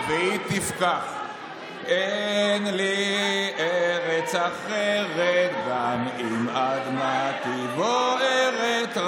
והיא תפקח, "אין לי ארץ אחרת / גם אם אדמתי בוערת.